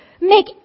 Make